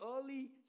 early